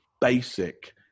basic